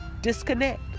disconnect